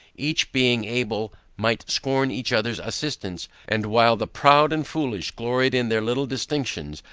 each being able might scorn each other's assistance and while the proud and foolish gloried in their little distinctions,